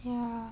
ya